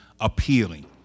appealing